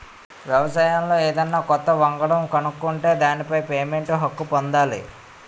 వ్యవసాయంలో ఏదన్నా కొత్త వంగడం కనుక్కుంటే దానిపై పేటెంట్ హక్కు పొందాలి